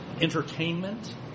entertainment